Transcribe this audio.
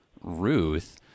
Ruth